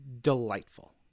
delightful